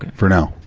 for now.